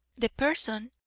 the person,